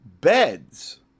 beds